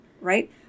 Right